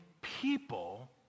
people